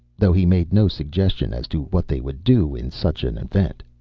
though he made no suggestion as to what they would do in such an event.